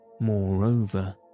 Moreover